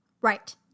Right